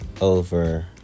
over